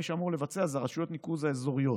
מי שאמור לבצע זה רשויות הניקוז האזוריות.